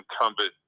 incumbent